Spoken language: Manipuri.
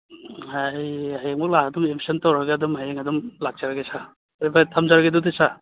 ꯍꯌꯦꯡꯃꯛ ꯂꯥꯛꯑꯒ ꯑꯗꯨꯝ ꯑꯦꯗꯃꯤꯁꯟ ꯇꯧꯔꯒ ꯑꯗꯨꯝ ꯍꯌꯦꯡ ꯑꯗꯨꯝ ꯂꯥꯛꯆꯔꯒꯦ ꯁꯥꯔ ꯐꯔꯦ ꯐꯔꯦ ꯊꯝꯖꯔꯒꯦ ꯑꯗꯨꯗꯤ ꯁꯥꯔ